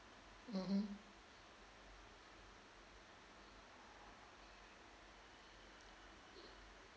mmhmm